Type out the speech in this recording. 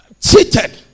cheated